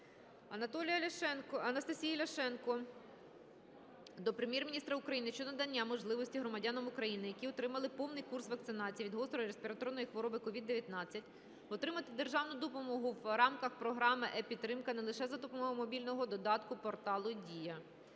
Анастасії Ляшенко до Прем'єр-міністра України щодо надання можливості громадянам України, які отримали повний курс вакцинації від гострої респіраторної хвороби COVID-19, отримати державну допомогу в рамках Програми "єПідтримка" не лише за допомогою мобільного додатку Порталу Дія.